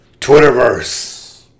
Twitterverse